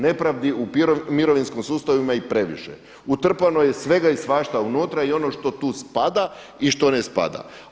Nepravdi u mirovinskom sustavu ima i previše, utrpano je svega i svašta unutra i ono što tu spada i što ne spada.